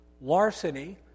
larceny